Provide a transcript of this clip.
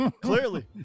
Clearly